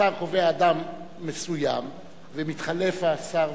שר קובע אדם מסוים ומתחלף השר,